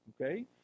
okay